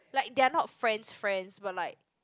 like they are not friends friends but like